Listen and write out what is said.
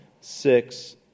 Six